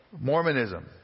mormonism